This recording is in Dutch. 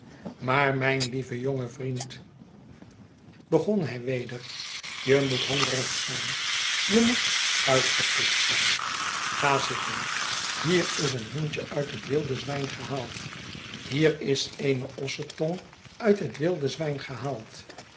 maar mijn lieve jonge vriend begon hij weder je moet hongerig zijn je moet uitgeput zijn ga zitten hier is een hoentje uit het wilde zwijn gehaald hier is eene ossetonguit het wilde zwijn gehaald